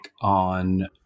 on